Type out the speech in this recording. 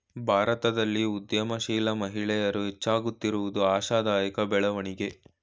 ಭಾರತದಲ್ಲಿ ಉದ್ಯಮಶೀಲ ಮಹಿಳೆಯರು ಹೆಚ್ಚಾಗುತ್ತಿರುವುದು ಆಶಾದಾಯಕ ಬೆಳವಣಿಗೆ